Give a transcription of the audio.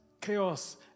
chaos